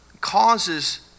causes